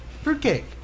Fruitcake